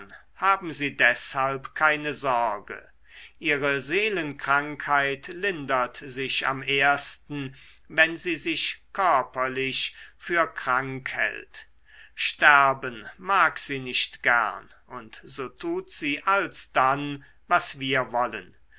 haben sie deshalb keine sorge ihre seelenkrankheit lindert sich am ersten wenn sie sich körperlich für krank hält sterben mag sie nicht gern und so tut sie alsdann was wir wollen